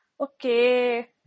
Okay